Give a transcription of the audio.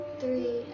three